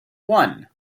one